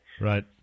Right